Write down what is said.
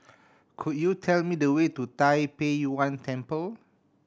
could you tell me the way to Tai Pei Yuen Temple